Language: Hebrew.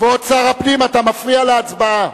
כבוד שר הפנים, אתה מפריע להצבעה.